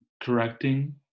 correcting